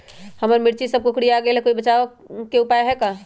हमर मिर्ची सब कोकररिया गेल कोई बचाव के उपाय है का?